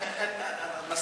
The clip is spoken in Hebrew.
אתה מוכן?